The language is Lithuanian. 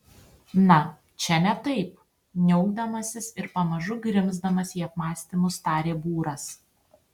na čia ne taip niaukdamasis ir pamažu grimzdamas į apmąstymus tarė būras